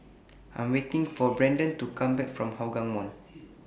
I Am waiting For Brendan to Come Back from Hougang Mall